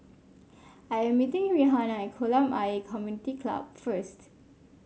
I am meeting Rihanna at Kolam Ayer Community Club first